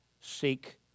Seek